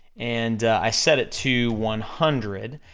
and i set it to one hundred,